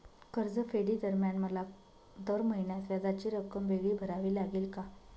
कर्जफेडीदरम्यान मला दर महिन्यास व्याजाची रक्कम वेगळी भरावी लागेल का?